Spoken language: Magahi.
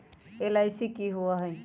एल.आई.सी की होअ हई?